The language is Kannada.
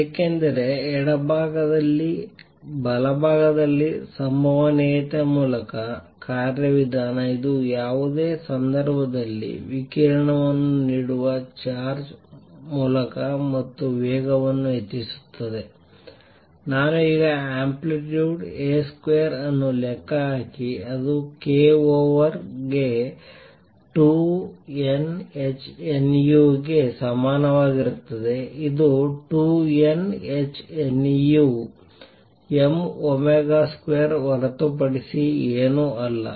ಏಕೆಂದರೆ ಎಡಭಾಗದಲ್ಲಿ ಬಲಭಾಗದಲ್ಲಿ ಸಂಭವನೀಯತೆಯ ಮೂಲಕ ಕಾರ್ಯವಿಧಾನ ಇದು ಯಾವುದೇ ಸಂದರ್ಭದಲ್ಲಿ ವಿಕಿರಣವನ್ನು ನೀಡುವ ಚಾರ್ಜ್ ಮೂಲಕ ಮತ್ತು ವೇಗವನ್ನು ಹೆಚ್ಚಿಸುತ್ತದೆ ನಾನು ಈಗ ಆಂಪ್ಲಿಟ್ಯೂಡ್ A ಸ್ಕ್ವೇರ್ ಅನ್ನು ಲೆಕ್ಕ ಹಾಕಿ ಅದು k ಓವರ್ ಗೆ 2 n h nu ಗೆ ಸಮಾನವಾಗಿರುತ್ತದೆ ಇದು 2 n h nu m omega square ಹೊರತುಪಡಿಸಿ ಏನೂ ಅಲ್ಲ